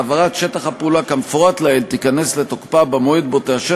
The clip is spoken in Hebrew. העברת שטח הפעולה כמפורט לעיל תיכנס לתוקפה במועד שבו תאשר